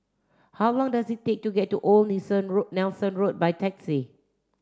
how long does it take to get to Old Nilsson Road Nelson Road by taxi